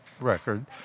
record